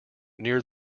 near